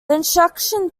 instruction